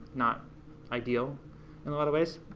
not ideal in a lot of ways,